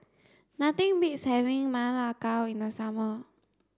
nothing beats having Ma Lai Gao in the summer